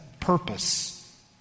purpose